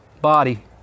body